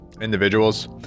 individuals